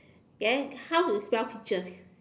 then how you spell peaches